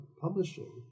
publishing